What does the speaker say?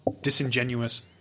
disingenuous